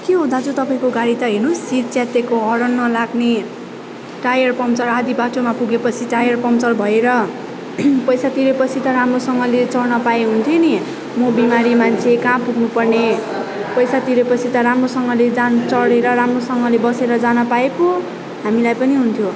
के हो दाजु तपाईँको गाडी त हेर्नुहोस् सिट च्यातिएको हरन नलाग्ने टायर पम्पचर आधा बाटोमा पुगे पछि टायर पम्पचर भएर पैसा तिरेपछि त राम्रोसँगले चढ्न पाए हुन्थ्यो नि म बिमारी मान्छे कहाँ पुग्नु पर्ने पैसा तिरेपछि त राम्रोसँगले जान् चढेर राम्रोसँगले बसेर जान पाए पो हामीलाई पनि हुन्थ्यो